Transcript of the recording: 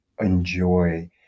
enjoy